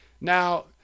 Now